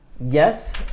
Yes